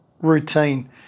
routine